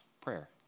prayer